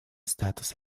статуса